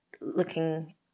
looking